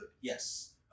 Yes